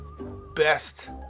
best